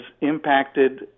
impacted